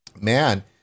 man